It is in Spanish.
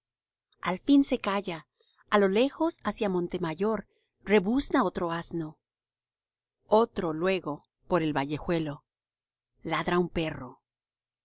al fin se calla a lo lejos hacia montemayor rebuzna otro asno otro luego por el vallejuelo ladra un perro